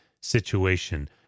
situation